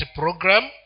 program